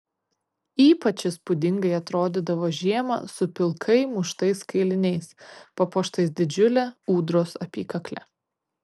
ypač įspūdingai atrodydavo žiemą su pilkai muštais kailiniais papuoštais didžiule ūdros apykakle